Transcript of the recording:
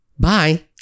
Bye